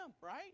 right